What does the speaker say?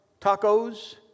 tacos